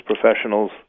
professionals